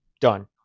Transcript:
done